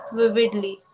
vividly